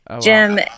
Jim